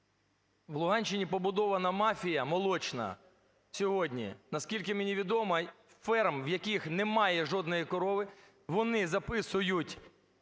в Луганщині побудована мафія молочна сьогодні, наскільки мені відомо, ферм, в яких немає жодної корови, вони записують